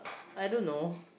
I don't know